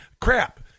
crap